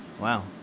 Wow